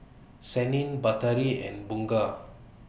Senin Batari and Bunga